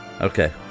Okay